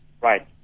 Right